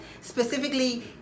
specifically